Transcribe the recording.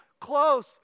close